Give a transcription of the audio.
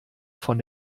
von